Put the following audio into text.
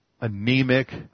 anemic